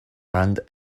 and